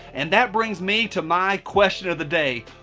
and that brings me to my question of the day.